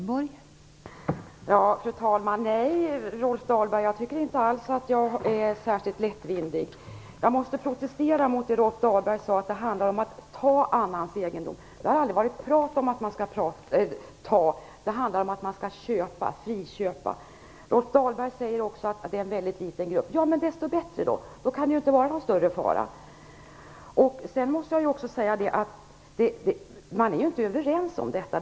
Fru talman! Jag tycker inte alls att jag är särskilt lättvindig, Rolf Dahlberg. Jag måste protestera mot vad Rolf Dahlberg sade när han kallade det för att "ta annans egendom". Det har aldrig varit tal om att man skall ta - det handlar om att man skall köpa, friköpa. Rolf Dahlberg sade också att detta gäller en väldigt liten grupp. Desto bättre då! Då kan det ju inte vara någon större fara. Jag vill också säga att experterna inte är överens om detta.